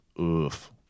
Oof